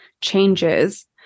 changes